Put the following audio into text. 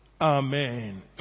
Amen